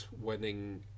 winning